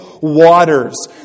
waters